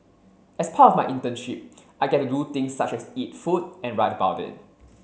as part of my internship I get to do things such as eat food and write about it